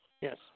Yes